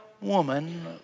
woman